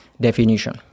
definition